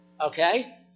Okay